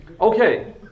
Okay